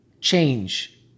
change